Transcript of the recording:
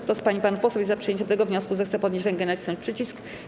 Kto z pań i panów posłów jest za przyjęciem tego wniosku, zechce podnieść rękę i nacisnąć przycisk.